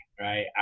right